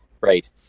right